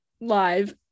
live